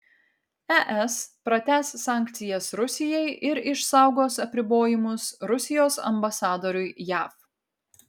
es pratęs sankcijas rusijai ir išsaugos apribojimus rusijos ambasadoriui jav